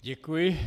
Děkuji.